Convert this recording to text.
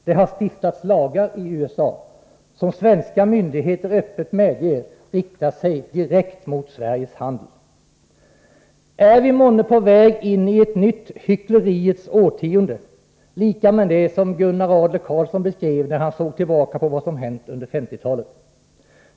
Det har i USA stiftats lagar som svenska myndigheter öppet medger riktar sig direkt mot Sveriges handel. Är vi på väg in i ett nytt ”hyckleriets årtionde”, lika med det som Gunnar Adler-Karlsson beskrev när han såg tillbaka på vad som hänt under 50-talet?